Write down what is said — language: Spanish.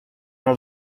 los